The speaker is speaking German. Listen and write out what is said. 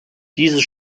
dieses